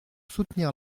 soutenir